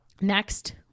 Next